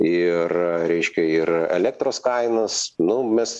ir reiškia ir elektros kainas nu mes